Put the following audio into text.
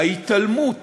ההתעלמות